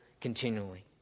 continually